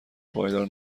پایدار